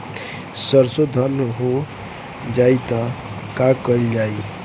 सरसो धन हो जाई त का कयील जाई?